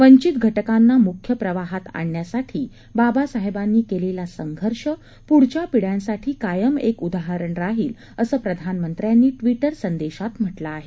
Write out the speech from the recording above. वंचित घ किंना मुख्य प्रवाहात आणण्यासाठी बाबासाहेबांनी केलेला संघर्ष पुढच्या पिढ्यांसाठी कायम एक उदाहरण राहील असं प्रधानमंत्र्यांनी संदेशात म्ह बिं आहे